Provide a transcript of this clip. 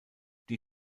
die